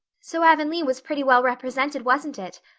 so avonlea was pretty well represented, wasn't it?